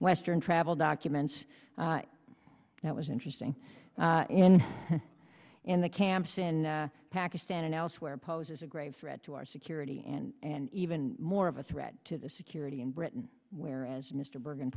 western travel documents that was interesting and in the camps in pakistan and elsewhere poses a grave threat to our security and an even more of a threat to the security in britain where as mr bergen